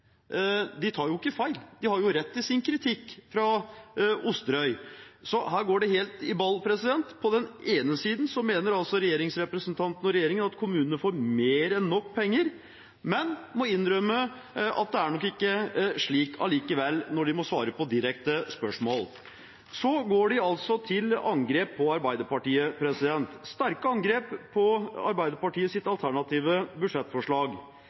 ikke tar feil, de har rett i sin kritikk fra Osterøy. Her går det helt i ball. På den ene siden mener regjeringsrepresentantene og regjeringen at kommunene får mer enn nok penger, men må innrømme at det er nok ikke slik allikevel når de må svare på direkte spørsmål. Så går de til sterke angrep på Arbeiderpartiets alternative budsjettforslag